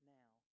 now